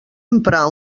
emprar